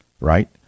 right